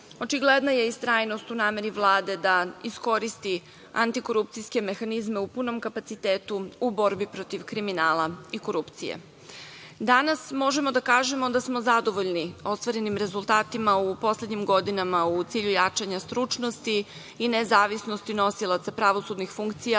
presuda. Očigledno je istrajnost u nameri Vlade da iskoristi antikorupcijske mehanizme u punom kapacitetu u o borbi kada je kriminala i korupcije. Danas možemo da kažemo da smo zadovoljni ostvarenim rezultatima u poslednjim godinama u cilju jačanja stručnosti i nezavisnosti nosilaca pravosudnih funkcija